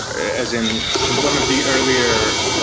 as in one of the earlier